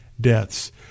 deaths